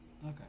Okay